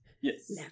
Yes